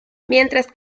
mientras